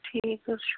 ٹھیٖک حظ چھُ